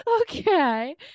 Okay